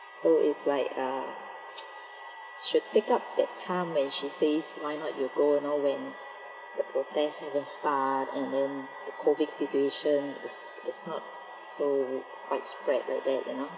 so it's like uh should take up that time when she says why not you go you know when the protest haven't start and then the COVID situation is is not so quite spread like that you know